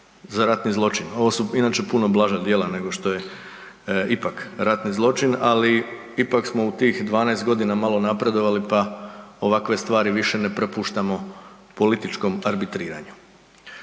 za ratni zločin. Ovo su inače puno blaža djela nego što je ipak ratni zločin, ali ipak smo u tih 12 godina malo napredovali pa ovakve stvari više ne propuštamo političkom arbitriranju.